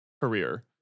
career